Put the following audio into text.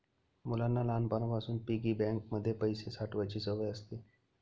मुलांना लहानपणापासून piggy bank मध्ये पैसे साठवायची सवय असते